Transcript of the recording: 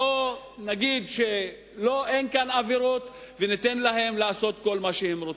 בוא נגיד שאין כאן עבירות וניתן להם לעשות כל מה שהם רוצים.